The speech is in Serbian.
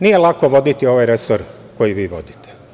Nije lako voditi ovaj resor koji vi vodite.